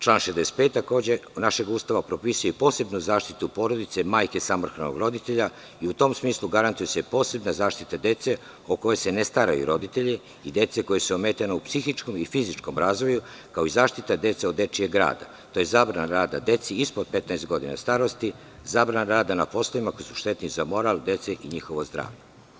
Član 65. našeg Ustava propisuje i posebnu zaštitu porodice, majke samohranog roditelja i u tom smislu garantuje se posebna zaštita dece o kojoj se ne staraju roditelji i dece koja su ometena u psihičkom i fizičkom razvoju, kao i zaštita dece od dečijeg rada, to je zabrana rada deci ispod 15 godina starosti, zabrana rada na poslovima koji su štetni za moral dece i njihovo zdravlje.